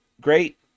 great